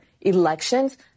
elections